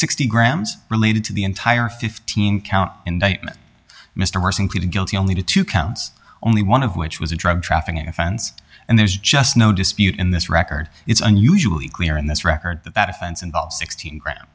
sixty grams related to the entire fifteen count indictment mr morris included guilty only to two counts only one of which was a drug trafficking offense and there's just no dispute in this record it's unusually clear in this record th